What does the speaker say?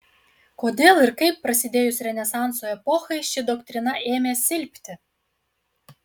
kodėl ir kaip prasidėjus renesanso epochai ši doktrina ėmė silpti